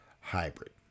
hybrid